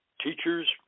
teachers